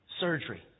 surgery